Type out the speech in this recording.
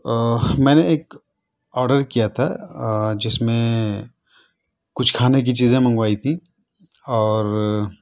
میں نے ایک آرڈر کیا تھا جس میں کچھ کھانے کی چیزیں منگوائی تھیں اور